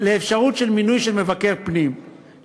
לאפשרות של מינוי מבקר פנים.